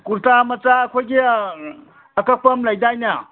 ꯀꯨꯔꯇꯥ ꯃꯆꯥ ꯑꯩꯈꯣꯏꯒꯤ ꯑꯀꯛꯄ ꯑꯃ ꯂꯩꯗꯥꯏꯅꯦ